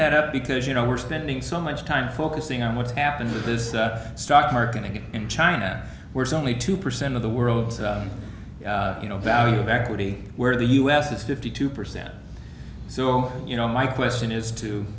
that up because you know we're spending so much time focusing on what's happened with this stock market in china where it's only two percent of the world's you know value of equity where the u s it's fifty two percent so you know my question is to